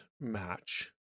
match